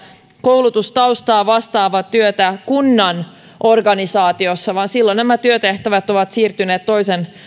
koulutustaustaa vastaavaa työtä kunnan organisaatiossa vaan silloin nämä työtehtävät ovat siirtyneet toisen